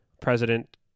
president